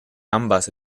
ambas